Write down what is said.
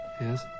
Yes